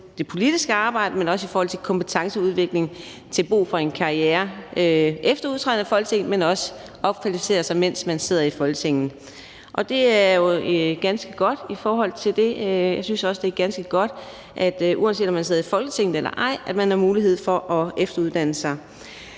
i Folketinget, men også i forhold til kompetenceudvikling til brug i en karriere efter udtrædelse af Folketinget. Og det er jo ganske godt i forhold til det. Jeg synes også, det er ganske godt, at man, uanset om man sidder i Folketinget eller ej, har mulighed for at efteruddanne sig.